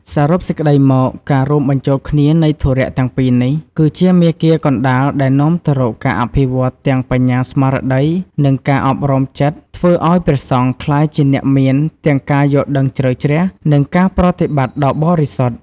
សរុបសេចក្ដីមក ការរួមបញ្ចូលគ្នានៃធុរៈទាំងពីរនេះ គឺជាមាគ៌ាកណ្តាលដែលនាំទៅរកការអភិវឌ្ឍទាំង បញ្ញាស្មារតី និងការអប់រំចិត្តធ្វើឱ្យព្រះសង្ឃក្លាយជាអ្នកមានទាំងការយល់ដឹងជ្រៅជ្រះ និងការប្រតិបត្តិដ៏បរិសុទ្ធ។